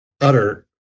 Utter